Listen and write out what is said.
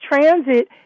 transit